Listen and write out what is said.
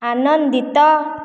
ଆନନ୍ଦିତ